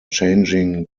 changing